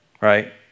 right